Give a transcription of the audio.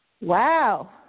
Wow